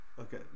Okay